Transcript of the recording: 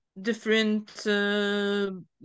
different